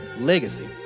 legacy